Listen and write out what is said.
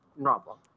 normal